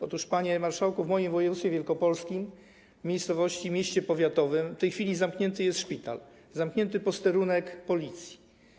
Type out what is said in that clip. Otóż, panie marszałku, w moim województwie - wielkopolskim, w mieście powiatowym w tej chwili zamknięty jest szpital, zamknięty posterunek Policji.